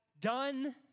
done